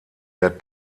der